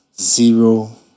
zero